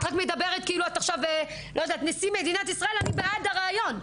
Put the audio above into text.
את רק מדברת כאילו את עכשיו נשיא מדינת ישראל אני בעד הרעיון.